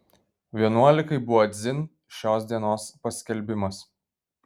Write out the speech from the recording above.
vienuolikai buvo dzin šios dienos paskelbimas